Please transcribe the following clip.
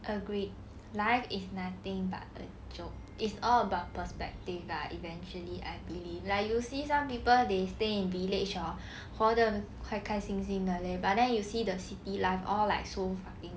agree life is nothing but a joke it's all about perspective ah eventually I believe like you will see some people they stay in village hor 活的开开心心的 leh but then you will see the city life all like so fucking